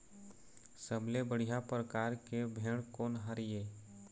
सबले बढ़िया परकार के भेड़ कोन हर ये?